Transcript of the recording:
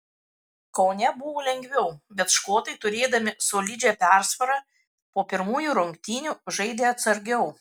kaune buvo lengviau bet škotai turėdami solidžią persvarą po pirmųjų rungtynių žaidė atsargiau